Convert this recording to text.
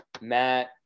Matt